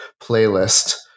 playlist